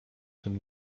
tym